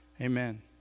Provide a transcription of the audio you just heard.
Amen